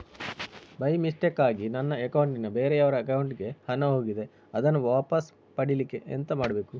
By ಮಿಸ್ಟೇಕಾಗಿ ನನ್ನ account ನಿಂದ ಬೇರೆಯವರ ಅಕೌಂಟ್ ಗೆ ಹಣ ಹೋಗಿದೆ ಅದನ್ನು ವಾಪಸ್ ಪಡಿಲಿಕ್ಕೆ ಎಂತ ಮಾಡಬೇಕು?